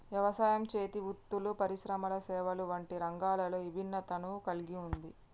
యవసాయం, చేతి వృత్తులు పరిశ్రమలు సేవలు వంటి రంగాలలో ఇభిన్నతను కల్గి ఉంది